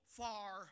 far